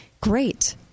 great